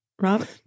Rob